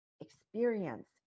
experience